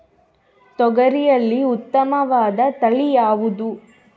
ತೊಗರಿಯಲ್ಲಿ ಉತ್ತಮವಾದ ತಳಿ ಯಾವುದು?